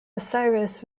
osiris